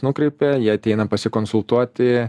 nukreipia jie ateina pasikonsultuoti